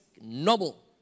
noble